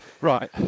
Right